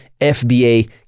FBA